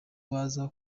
baza